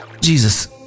Jesus